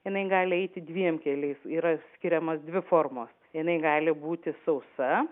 jinai gali eiti dviem keliais yra skiriamos dvi formos jinai gali būti sausa